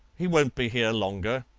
he won't be here longer.